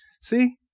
See